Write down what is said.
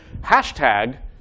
hashtag